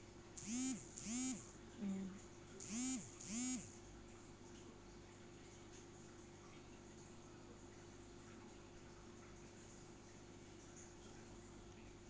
mm